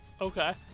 Okay